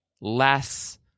less